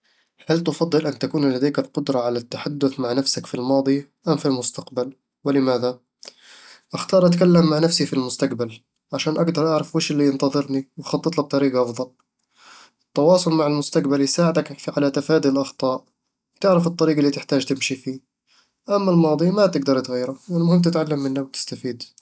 هل تفضل أن تكون لديك القدرة على التحدث مع نفسك في الماضي أم في المستقبل؟ ولماذا؟ أختار أتكلم مع نفسي في المستقبل عشان أقدر أعرف وش اللي ينتظرني وأخطط له بطريقة أفضل التواصل مع المستقبل يساعدك على تفادي الأخطاء وتعرف الطريق اللي تحتاج تمشي فيه أما الماضي، ما تقدر تغيّره، المهم تتعلم منه وتستفيد